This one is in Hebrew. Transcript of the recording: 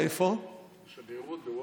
בשגרירות בוושינגטון.